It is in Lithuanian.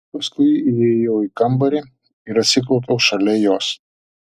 paskui įėjau į kambarį ir atsiklaupiau šalia jos